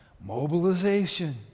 Mobilization